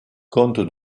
compte